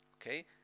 okay